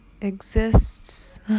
exists